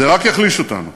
זה רק יחליש אותנו.